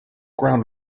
ground